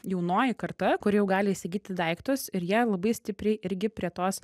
jaunoji karta kuri jau gali įsigyti daiktus ir jie labai stipriai irgi prie tos